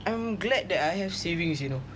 I'm glad that I have savings you know